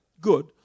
good